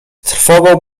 trwogą